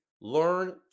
learn